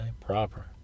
Proper